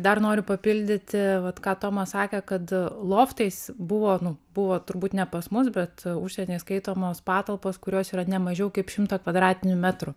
dar noriu papildyti vat ką tomas sakė kad loftais buvo nu buvo turbūt ne pas mus bet užsienyje skaitomos patalpos kurios yra nemažiau kaip šimtą kvadratinių metrų